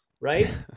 right